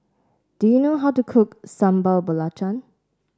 do you know how to cook Sambal Belacan